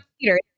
Peter